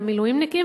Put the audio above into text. למילואימניקים,